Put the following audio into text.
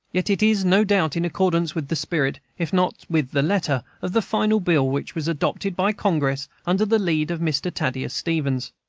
yet it is no doubt in accordance with the spirit, if not with the letter, of the final bill which was adopted by congress under the lead of mr. thaddeus stevens.